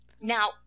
Now